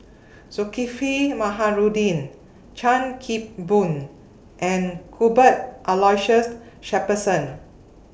Zulkifli Baharudin Chan Kim Boon and Cuthbert Aloysius Shepherdson